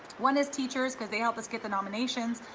one is teachers cause they help us get the nominations,